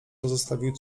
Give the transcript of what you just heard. pozostawił